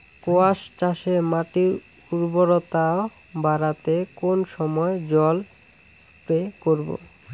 কোয়াস চাষে মাটির উর্বরতা বাড়াতে কোন সময় জল স্প্রে করব?